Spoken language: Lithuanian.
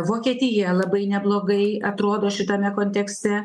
vokietija labai neblogai atrodo šitame kontekste